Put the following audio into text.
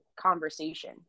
conversation